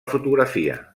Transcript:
fotografia